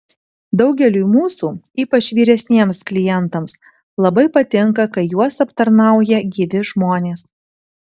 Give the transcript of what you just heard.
daugeliui mūsų ypač vyresniems klientams labai patinka kai juos aptarnauja gyvi žmonės